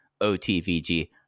OTVG